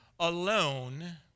Alone